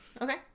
Okay